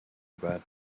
about